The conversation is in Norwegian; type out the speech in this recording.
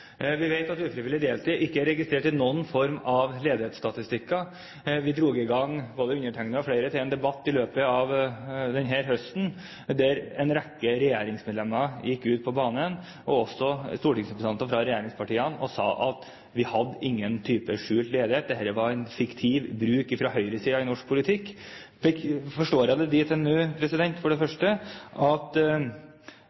Vi vet at ufrivillig deltid ikke er registrert i noen form for ledighetsstatistikker. Både jeg og flere dro i gang en debatt denne høsten der en rekke regjeringsmedlemmer gikk på banen, også stortingsrepresentanter fra regjeringspartiene, og sa at man ikke hadde noen type skjult ledighet, og at dette var en fiktiv bruk fra høyresiden i norsk politikk. Jeg forstår det nå for det første dit hen at statsråden bekrefter at man har en skjult ledighet i de arbeidsledighetsstatistikkene vi har – det